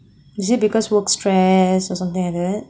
is it because work stress or something like that